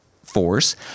force